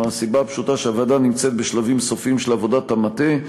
מהסיבה הפשוטה שהוועדה נמצאת בשלבים סופיים של עבודת המטה.